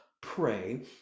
pray